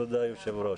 תודה, היושב-ראש.